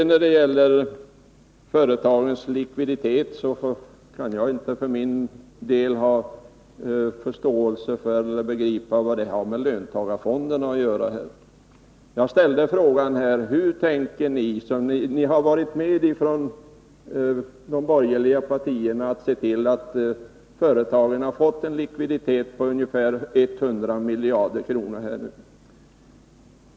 När det gäller företagens likviditet kan jag för min del inte begripa vad den har med löntagarfonderna att göra. De borgerliga partierna har varit med om att se till att företagen fått en likviditet på ungefär 100 miljarder kronor.